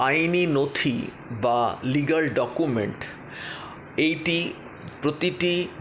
আইনি নথি বা লিগাল ডকুমেন্ট এটি প্রতিটি